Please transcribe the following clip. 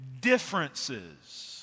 differences